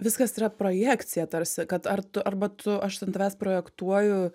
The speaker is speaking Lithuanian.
viskas yra projekcija tarsi kad ar tu arba tu aš an tavęs projektuoju